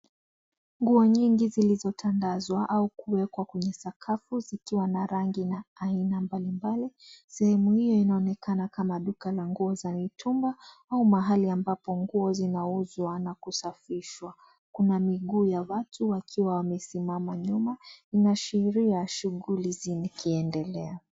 Nguo nyingi zilizotandazwa au kuwekwa kwenye sakafu zikiwa na rangi na aina mbalimbali. Sehemu hiyo inaonekana kama duka la nguo za mitumba au mahali ambapo nguo zinauzwa na kusafishwa. Kuna miguu ya watu wakiwa wamesimama nyuma, uashiri wa shughuli zikiendelea.